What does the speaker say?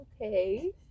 okay